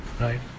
right